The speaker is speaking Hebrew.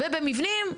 ובמבנים,